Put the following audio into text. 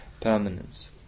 permanence